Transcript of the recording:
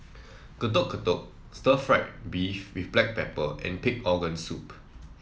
Getuk Getuk stir fry beef with Black Pepper and Pig Organ Soup